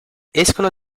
escono